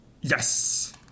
yes